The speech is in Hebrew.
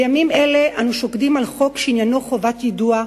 בימים אלו אנו שוקדים על חוק שעניינו חובת יידוע,